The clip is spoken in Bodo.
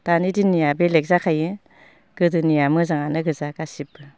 दानि दिननिया बेलेग जाखायो गोदोनिया मोजाङानो गोजा गासिबो